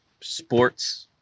sports